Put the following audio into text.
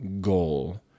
goal